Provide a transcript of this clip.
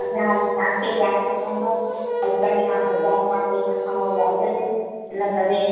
अॻियां हली तव्हांखे प्रोफ़िट पवंदो अजाई तव्हां बज़ार मां पैसा खणो व्याज ते इन करे